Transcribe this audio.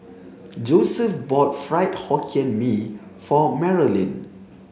Joeseph bought fried hokkien mee for Marilynn